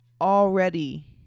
already